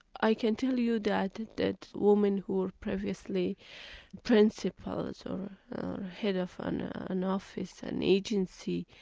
i can tell you that that women who were previously principals, or head of an an office, an agency,